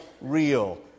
real